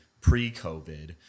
pre-COVID